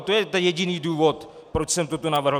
To je ten jediný důvod, proč jsem toto navrhl.